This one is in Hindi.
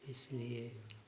इसलिए